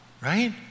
right